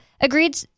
agreed